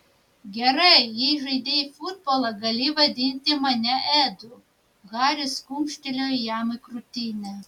gerai jei žaidei futbolą gali vadinti mane edu haris kumštelėjo jam į krūtinę